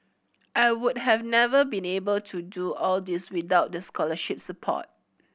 I would have never been able to do all these without the scholarship support